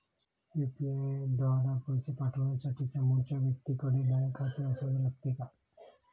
UPI द्वारा पैसे पाठवण्यासाठी समोरच्या व्यक्तीकडे बँक खाते असावे लागते का?